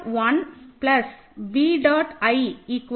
1 plus b